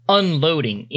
unloading